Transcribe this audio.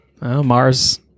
Mars